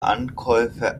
ankäufe